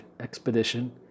expedition